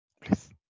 Please